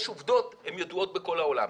יש עובדות והן ידועות בכל העולם.